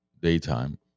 daytime